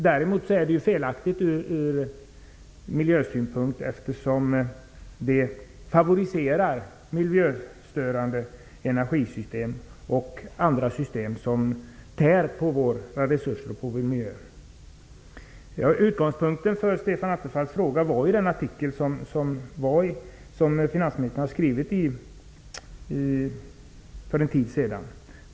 Däremot är det felaktigt ur miljösynpunkt, eftersom det favoriserar miljöstörande energisystem och andra system som tär på våra resurser och på vår miljö. Utgångspunkten för Stefan Attefalls interpellation var den artikel som finansministern skrev för en tid sedan.